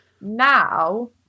now